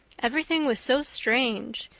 everything was so strange,